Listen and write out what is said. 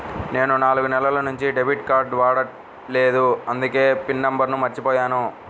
నేను నాలుగు నెలల నుంచి డెబిట్ కార్డ్ వాడలేదు అందుకే పిన్ నంబర్ను మర్చిపోయాను